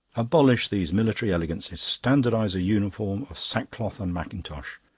abolish these military elegances, standardise a uniform of sack-cloth and mackintosh,